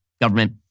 government